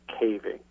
caving